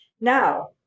Now